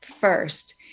first